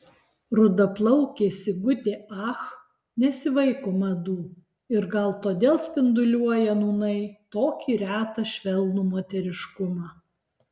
rudaplaukė sigutė ach nesivaiko madų ir gal todėl spinduliuoja nūnai tokį retą švelnų moteriškumą